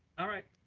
alright.